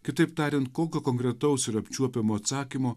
kitaip tariant kokio konkretaus ir apčiuopiamo atsakymo